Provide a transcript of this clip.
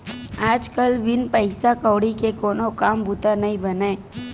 आज कल बिन पइसा कउड़ी के कोनो काम बूता नइ बनय